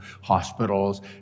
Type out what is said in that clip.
hospitals